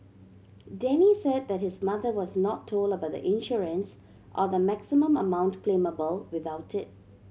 Denny said that his mother was not told about the insurance or the maximum amount claimable without it